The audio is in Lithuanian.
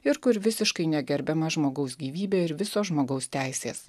ir kur visiškai negerbiama žmogaus gyvybė ir visos žmogaus teisės